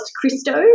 Christo